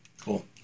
Cool